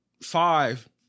five